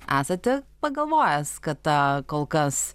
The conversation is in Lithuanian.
esate pagalvojęs kad ta kol kas